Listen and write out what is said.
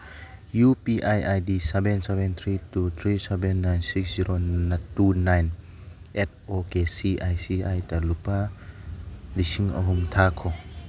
U P I I D seven seven three two three seven nine six zero two nine eight O K C I C ꯑꯥꯏꯗ ꯂꯨꯄꯥ ꯂꯤꯁꯤꯡ ꯑꯍꯨꯝ ꯊꯥꯈꯣ